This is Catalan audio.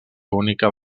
única